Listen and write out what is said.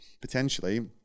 potentially